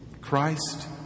Christ